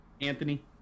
anthony